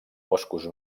boscos